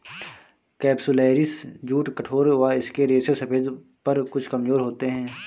capsularis jute कठोर व इसके रेशे सफेद पर कुछ कमजोर होते हैं